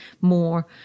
more